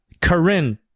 Corinne